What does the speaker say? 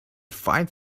five